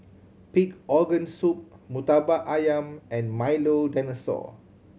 pig organ soup Murtabak Ayam and Milo Dinosaur